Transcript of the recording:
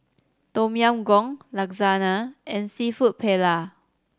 Tom Yam Goong Lasagna and Seafood Paella